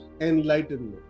enlightenment